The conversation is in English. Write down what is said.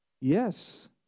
Yes